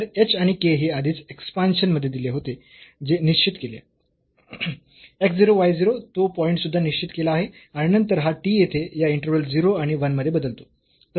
तर h आणि k हे आधीच एक्सपांशन मध्ये दिले होते जे निश्चित केले आहेत x 0 y 0 तो पॉईंट सुद्धा निश्चित केलेला आहे आणि नंतर हा t येथे या इंटर्व्हल 0 आणि 1 मध्ये बदलतो